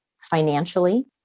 financially